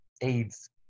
aids